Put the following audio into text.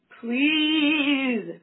please